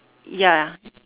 ya